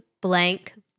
blank